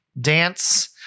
dance